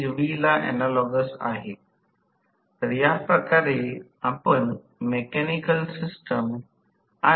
म्हणून ω 1 लिहू शकते एस ω ते प्रति सेकंद रेडियन मेकेनिकल आहे हे 22 समीकरण आहे